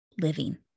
living